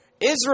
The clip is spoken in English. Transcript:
Israel